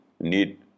need